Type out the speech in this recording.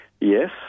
Yes